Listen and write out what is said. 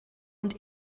und